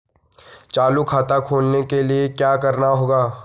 चालू खाता खोलने के लिए क्या करना होगा?